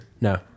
No